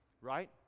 right